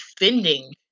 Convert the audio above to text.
defending